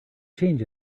change